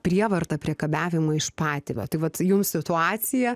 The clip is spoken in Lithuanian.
prievartą priekabiavimą iš patėvio tai vat jums situacija